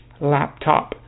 laptop